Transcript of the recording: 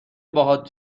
باهات